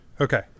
Okay